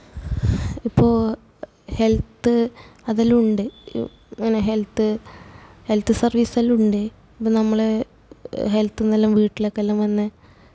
ഇപ്പോൾ ഹെല്ത്ത് അതെല്ലാം ഉണ്ട് ഇങ്ങനെ ഹെല്ത്ത് ഹെല്ത്ത് സര്വ്വീസെല്ലാം ഉണ്ട് അപ്പം നമ്മൾ ഹെല്ത്ത് എന്നെല്ലാം വീട്ടിലേക്കെല്ലാം വന്ന്